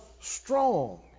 strong